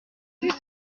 dix